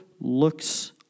looks